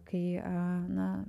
kai a na